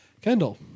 Kendall